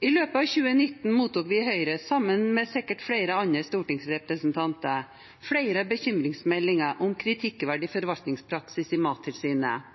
I løpet av 2019 mottok vi i Høyre, sikkert sammen med flere andre stortingsrepresentanter, flere bekymringsmeldinger om kritikkverdig forvaltningspraksis i Mattilsynet –